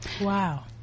Wow